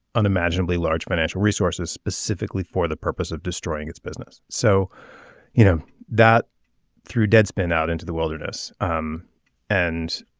unimaginably large financial resources specifically for the purpose of destroying its business. so you know that through deadspin out into the wilderness um and